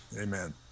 Amen